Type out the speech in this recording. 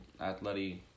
athletic